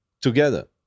together